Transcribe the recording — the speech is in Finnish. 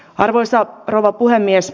arvoisa rouva puhemies